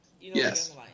Yes